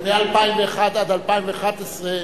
מ-2001 עד 2011,